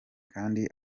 kandi